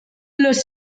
los